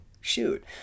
shoot